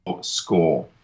score